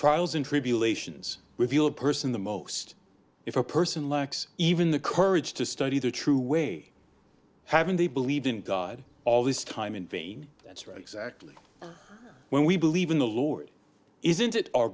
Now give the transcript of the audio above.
trials and tribulations with your person the most if a person lacks even the courage to study the true way haven't they believed in god all this time in vain that's right exactly when we believe in the lord isn't it our